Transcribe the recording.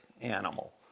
animal